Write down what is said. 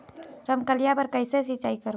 रमकलिया बर कइसे सिचाई करबो?